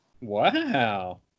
wow